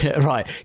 Right